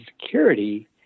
security